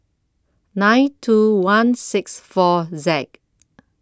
nine two one six four Z